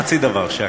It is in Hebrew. אני חושב שעקרונות,